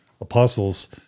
apostles